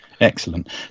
excellent